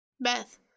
Beth